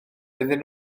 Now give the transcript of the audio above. iddyn